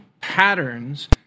patterns